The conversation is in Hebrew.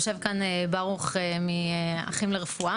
יושב כאן ברוך מ"אחים לרפואה",